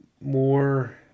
more